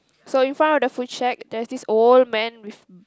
so in front of the food shack there's this old man with